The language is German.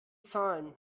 zahlen